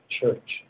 church